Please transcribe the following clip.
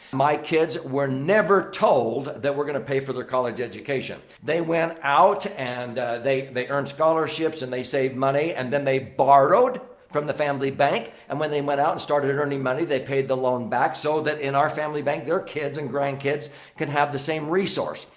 my kids were never told that we're going to pay for their college education. they went out and they they earned scholarships and they saved money and then they borrowed from the family bank. and when they went out and started earning money, they paid the loan back. so, that in our family bank their kids and grandkids can have the same resource.